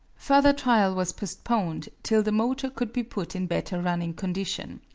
further trial was postponed till the motor could be put in better running condition.